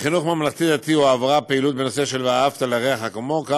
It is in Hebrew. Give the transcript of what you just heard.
בחינוך הממלכתי-דתי הועברה פעילות בנושא "ואהבת לרעך כמוך"